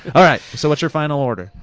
all right, so what's your final order?